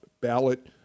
ballot